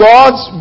God's